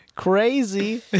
Crazy